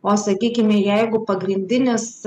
o sakykime jeigu pagrindinis